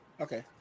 Okay